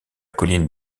colline